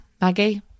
Maggie